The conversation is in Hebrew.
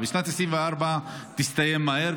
שנת 2024 תסתיים מהר,